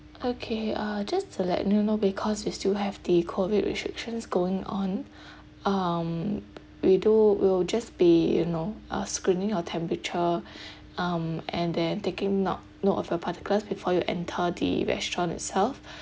okay uh just to let you know because we still have the COVID restrictions going on um we do we'll just be you know uh screening your temperature um and then taking not note of your particulars before you enter the restaurant itself